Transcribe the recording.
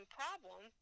problem